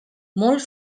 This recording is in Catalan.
molt